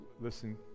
listen